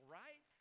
right